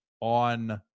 on